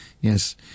yes